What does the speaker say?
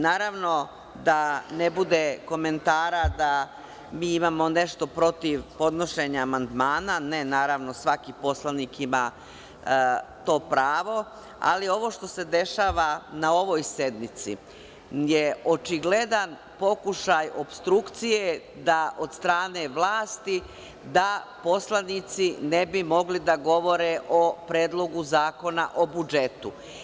Naravno, da ne bude komentara da mi imamo nešto protiv podnošenja amandmana, ne, naravno, svaki poslanik ima to pravo, ali ovo što se dešava na ovoj sednici je očigledan pokušaj opstrukcije da od strane vlasti da poslanici ne bi mogli da govore o Predlogu zakona o budžetu.